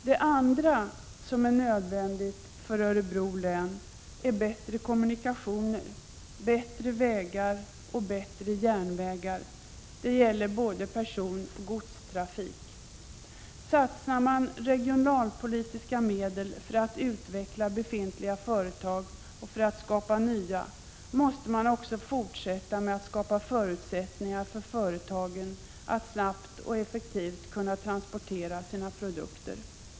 Det andra området som är nödvändigt för Örebro län är bättre kommunikationer — bättre vägar och bättre järnvägar. Det gäller både personoch godstrafik. Satsar man regionalpolitiska medel för att utveckla befintliga företag och för att skapa nya måste man också fortsätta med att skapa förutsättningar för företagen att snabbt och effektivt kunna transportera sina produkter.